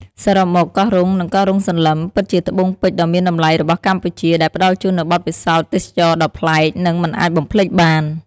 សរុបមក កោះរ៉ុង និងកោះរ៉ុងសន្លឹម ពិតជាត្បូងពេជ្រដ៏មានតម្លៃរបស់កម្ពុជា ដែលផ្តល់ជូននូវបទពិសោធន៍ទេសចរណ៍ដ៏ប្លែក និងមិនអាចបំភ្លេចបាន។